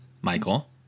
Michael